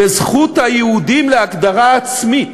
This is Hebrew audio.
בזכות היהודים להגדרה עצמית,